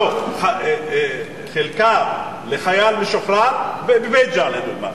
חלקה לחייל משוחרר בבית-ג'ן לדוגמה?